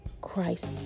Christ